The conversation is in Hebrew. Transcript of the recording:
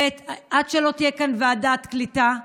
ועד שלא תהיה כאן ועדת קליטה,